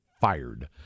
fired